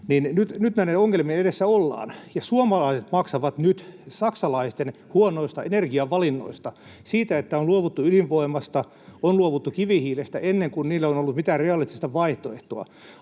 nyt näiden ongelmien edessä ollaan. Siis suomalaiset maksavat nyt saksalaisten huonoista energiavalinnoista, siitä että on luovuttu ydinvoimasta ja on luovuttu kivihiilestä ennen kuin niille on ollut mitään realistista vaihtoehtoa.